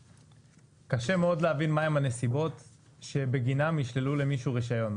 כי קשה מאוד להבין מה הן הנסיבות שבגינן ישללו למישהו רישיון,